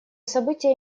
событие